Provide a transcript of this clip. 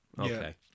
okay